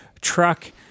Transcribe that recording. truck